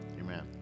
Amen